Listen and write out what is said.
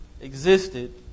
existed